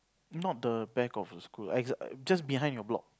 not the back of the school I just behind your block